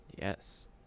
yes